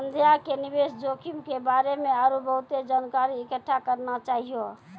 संध्या के निवेश जोखिम के बारे मे आरु बहुते जानकारी इकट्ठा करना चाहियो